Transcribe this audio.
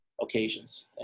occasions